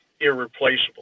irreplaceable